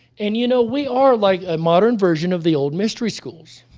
and you know we are like a modern version of the old mystery schools.